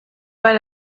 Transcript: bei